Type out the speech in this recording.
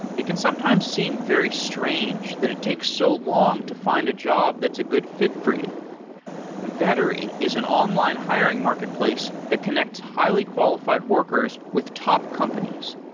it can sometimes seem very strange that it takes so long to fi nd a job that's a good fi t for you vettery is an online hiring marketplace that connects highly qualified workers with top companies.